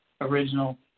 original